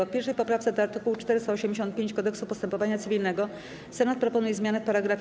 W 1. poprawce do art. 485 Kodeksu postępowania cywilnego Senat proponuje zmianę w § 2.